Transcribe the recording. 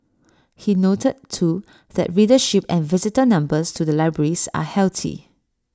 he noted too that readership and visitor numbers to the libraries are healthy